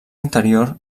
interior